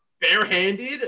barehanded